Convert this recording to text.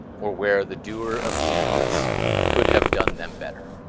or where the doer of deeds could have done them better.